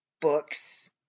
books